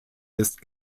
ist